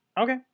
Okay